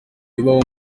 bibaho